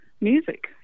music